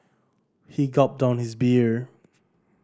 he gulped down his beer